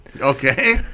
Okay